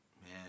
Man